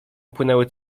upłynęły